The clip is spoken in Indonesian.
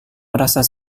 merasa